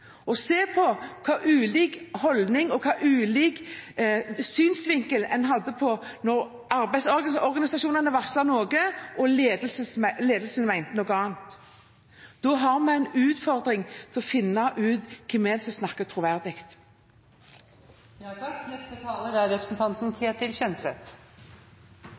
å se på hvilke ulike holdninger og synsvinkler en hadde når arbeidsorganisasjonene varslet noe og ledelsen mente noe annet. Da har vi en utfordring med å finne ut hvem det er som snakker troverdig. Jeg vil gi ros til representanten